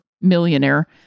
millionaire